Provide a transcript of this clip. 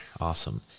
Awesome